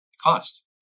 cost